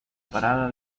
parada